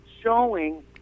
showing